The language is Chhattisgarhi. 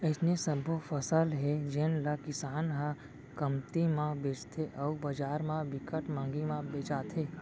अइसने सबो फसल हे जेन ल किसान ह कमती म बेचथे अउ बजार म बिकट मंहगी म बेचाथे